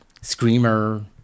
Screamer